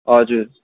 हजुर